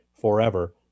forever